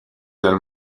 del